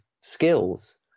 skills